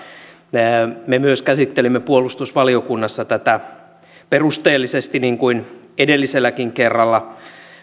myös me puolustusvaliokunnassa käsittelimme tätä perusteellisesti niin kuin edelliselläkin kerralla